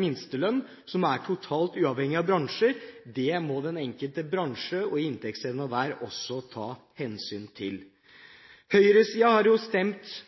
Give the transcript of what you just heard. minstelønn som er totalt uavhengig av bransjer. Det må den enkelte bransje, og inntektsevnen der, også ta hensyn til. Høyresiden har stemt